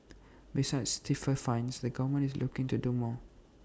besides stiffer fines the government is looking to do more